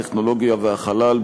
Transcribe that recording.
הטכנולוגיה והחלל,